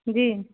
जी